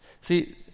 See